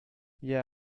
yeah